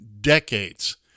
decades